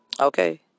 okay